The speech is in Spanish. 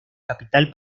capital